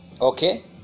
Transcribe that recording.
okay